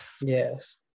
Yes